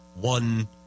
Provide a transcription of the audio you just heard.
one